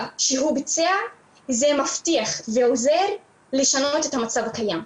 שהוא ביצע זה מבטיח ועוזר לשנות את המצב הקיים.